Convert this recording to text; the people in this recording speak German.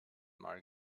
mal